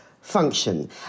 function